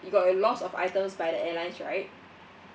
you got your loss of items by the airlines right